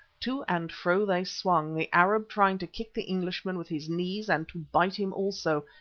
to and fro they swung, the arab trying to kick the englishman with his knees and to bite him also,